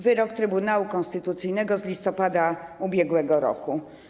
Wyrok Trybunału Konstytucyjnego z listopada ubiegłego roku.